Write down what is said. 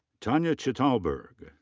tanaya chitaldurg.